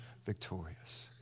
victorious